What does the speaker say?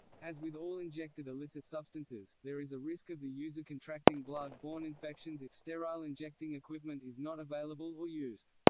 as with all injected illicit substances, there is a risk of the user contracting blood-borne infections if sterile injecting equipment is not available or used.